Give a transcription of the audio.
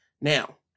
Now